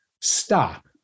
stop